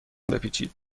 بپیچید